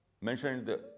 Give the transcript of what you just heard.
mentioned